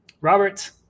Robert